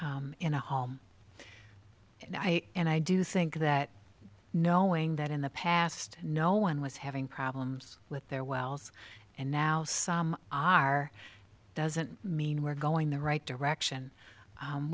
things in a home and i and i do think that knowing that in the past no one was having problems with their wells and now some are doesn't mean we're going the right direction